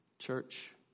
Church